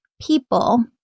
people